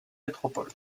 métropole